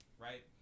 right